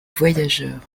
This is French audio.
voyageur